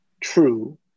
true